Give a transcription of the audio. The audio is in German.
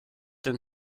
den